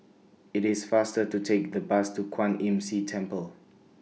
IT IS faster to Take The Bus to Kwan Imm See Temple